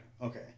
okay